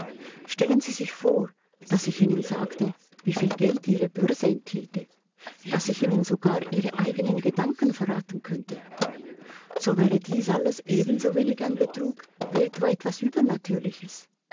stellen sie sich vor daß ich ihnen sagte wie viel geld ihre börse enthielte daß ich ihnen sogar ihre eigenen gedanken verraten könnte so wäre dies alles ebensowenig ein betrug wie etwa etwas übernatürliches